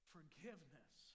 Forgiveness